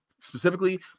specifically